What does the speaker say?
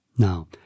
Now